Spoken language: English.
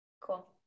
cool